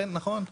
לכן, נכון.